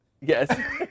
Yes